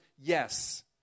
yes